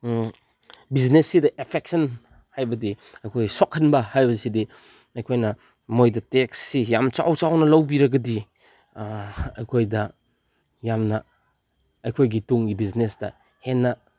ꯕꯤꯖꯤꯅꯦꯁꯁꯤꯗ ꯑꯦꯐꯦꯛꯁꯟ ꯍꯥꯏꯕꯗꯤ ꯑꯩꯈꯣꯏ ꯁꯣꯛꯍꯟꯕ ꯍꯥꯏꯕꯁꯤꯗꯤ ꯑꯩꯈꯣꯏꯅ ꯃꯣꯏꯗ ꯇꯦꯛꯁꯁꯤ ꯌꯥꯝ ꯆꯥꯎ ꯆꯥꯎꯅ ꯂꯧꯕꯤꯔꯒꯗꯤ ꯑꯩꯈꯣꯏꯗ ꯌꯥꯝꯅ ꯑꯩꯈꯣꯏꯒꯤ ꯇꯨꯡꯒꯤ ꯕꯤꯖꯤꯅꯦꯁꯇ ꯍꯦꯟꯅ